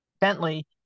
Bentley